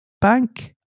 bank